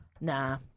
Nah